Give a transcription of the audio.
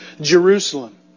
Jerusalem